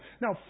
Now